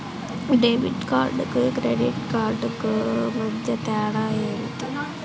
Debit కార్డుకు credit credit కార్డుకు మధ్య తేడా ఏమిటీ?